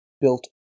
built